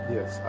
Yes